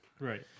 Right